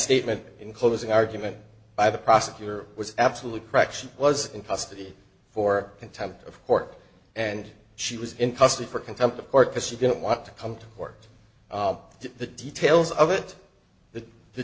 statement in closing argument by the prosecutor was absolute correction was in custody for contempt of court and she was in custody for contempt of court because she didn't want to come to court the details of it that the